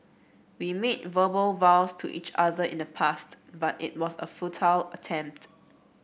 we made verbal vows to each other in the past but it was a futile attempt